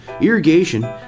irrigation